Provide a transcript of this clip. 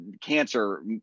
Cancer